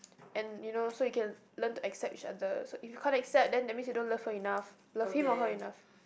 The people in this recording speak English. and you know so you can learn to accept each other so if can't accept then that means you don't love her enough love him or her enough